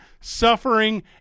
suffering